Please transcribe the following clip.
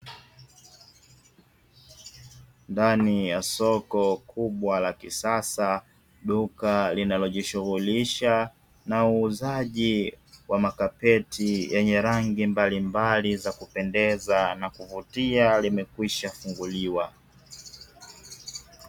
Ndani ya soko kubwa la kisasa, duka linalojishughulisha na uuzaji wa makapeti yenye rangi mbalimbali za kupendeza na kuvutia limekwisha funguliwa.